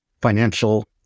financial